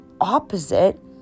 opposite